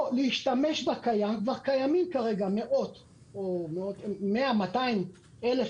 או להשתמש בקיים כבר קיימים כרגע 100 200 אלף